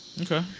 Okay